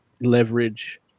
leverage